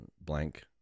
Blank